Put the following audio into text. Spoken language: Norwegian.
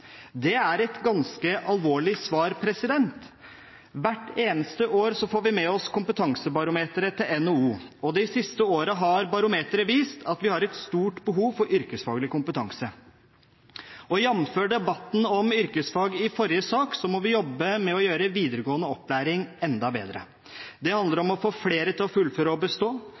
Det er et ganske alvorlig svar. Hvert eneste år får vi med oss kompetansebarometeret til NHO, og de siste årene har barometeret vist at vi har et stort behov for yrkesfaglig kompetanse. Jamført med debatten om yrkesfag i forrige sak må vi jobbe med å gjøre videregående opplæring enda bedre. Det handler